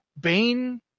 Bane